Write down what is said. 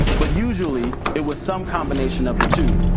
but usually, it was some combination of the two.